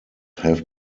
have